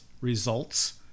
Results